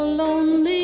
lonely